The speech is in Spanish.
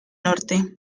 norte